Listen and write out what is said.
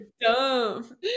dumb